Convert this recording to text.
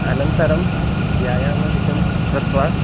अनन्तरं व्यायामादिकं कृत्वा